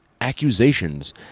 accusations